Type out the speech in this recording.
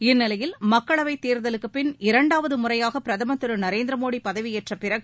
இந்நிலையில் மக்களவைத் தேர்தலுக்குப்பின் இரண்டாவதுமுறையாகபிரதமர் திருநரேந்திரமோடிபதவியேற்றபிறகு